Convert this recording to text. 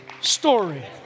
story